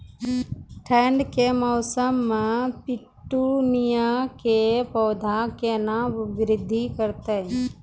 ठंड के मौसम मे पिटूनिया के पौधा केना बृद्धि करतै?